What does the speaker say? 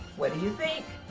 what do you think?